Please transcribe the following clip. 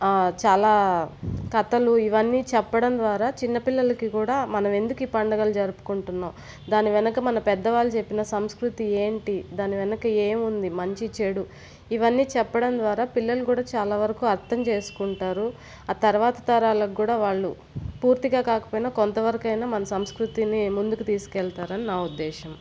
చాలా కథలు ఇవన్నీ చెప్పడం ద్వారా చిన్నపిల్లలకి కూడా మనమెందుకు ఈ పండగలు జరుపుకుంటున్నాం దాని వెనుక మన పెద్దవాళ్ళు చెప్పిన సంస్కృతి ఏంటి దాని వెనుక ఏముంది మంచి చెడు ఇవన్నీ చెప్పడం ద్వారా పిల్లలు కూడా చాలా వరకు అర్ధం చేసుకుంటారు ఆ తరువాత తరాలకు కూడా వాళ్ళు పూర్తిగా కాకపోయినా కొంతవరకైనా మన సంస్కృతిని ముందుకు తీసుకెళ్తారని నా ఉద్దేశం